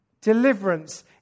deliverance